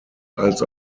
als